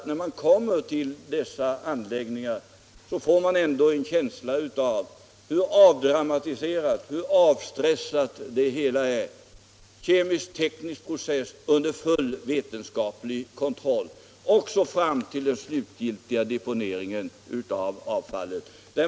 När man kommer till dessa anläggningar får man ändå en känsla av hur avdramatiserat, hur avstressat det hela är. Det är en kemisk-teknisk process under full vetenskaplig kontroll — också fram till den slutgiltiga deponeringen av avfallet.